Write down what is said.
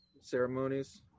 ceremonies